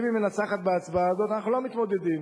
אנחנו לא מתמודדים.